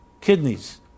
kidneys